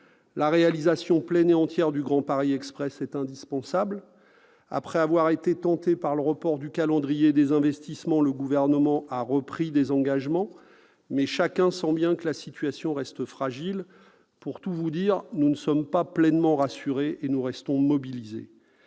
La réalisation pleine et entière du Grand Paris Express est indispensable. Après avoir été tenté par le report du calendrier et des investissements, le Gouvernement a repris des engagements, mais chacun sent bien que la situation reste fragile. Pour tout vous dire, nous ne sommes pas pleinement rassurés et nous restons mobilisés.